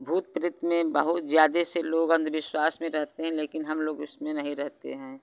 भूत प्रेत में बहुत ज़्यादा से लोग अंधबिश्वास में रहते हैं लेकिन हम लोग उसमें नहीं रहते हैं